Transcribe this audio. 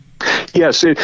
Yes